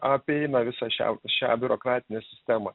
apeina visą šią šią biurokratinę sistemą